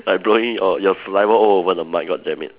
like blowing all your saliva all over the mic god damn it